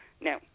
No